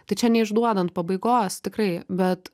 tai čia neišduodant pabaigos tikrai bet